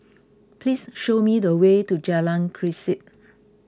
please show me the way to Jalan